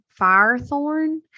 Firethorn